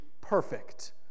perfect